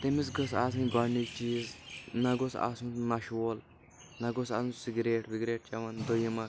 تٔمِس گٔژھ آسُن گۄڈنِچ چیٖز نہٕ گوٚژھ آسُن نَشہٕ وول نہٕ گوٚژھ آسُن سِگریٹ وِگریٹھ چٮ۪وان دویِم اکھ